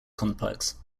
complex